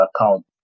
account